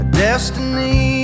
destiny